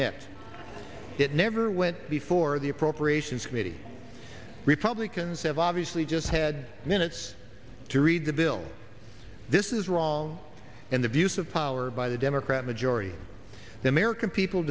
it never went before the appropriations committee republicans have obviously just head minutes to read the bill this is wrong and abuse of power by the democrat majority the american people